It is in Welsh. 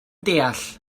deall